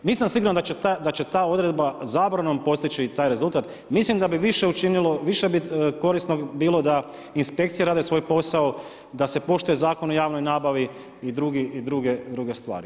Nisam sigurna da će ta odredba zabranom postići taj rezultat, mislim da vi više učinilo, više bi korisno bilo da inspekcije rade svoj posao, da se poštuje Zakon o javnoj nabavi i druge stravi.